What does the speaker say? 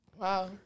Wow